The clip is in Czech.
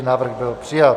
Návrh byl přijat.